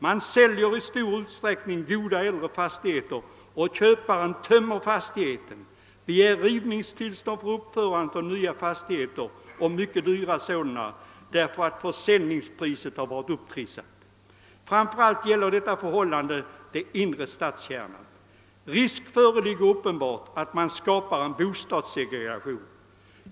Man säljer i stor utsträckning goda, äldre fastigheter, och köparen tömmer dem och begär rivningstillstånd för uppförande av nya fastigheter — mycket dyra sådana, eftersom försäljningspriset har varit upptrissat. Framför allt gäller detta förhållande den in re stadskärnan. Risk föreligger uppenbart för att man skapar en bostadssegregation.